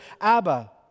Abba